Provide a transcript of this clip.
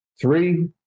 Three